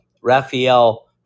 Raphael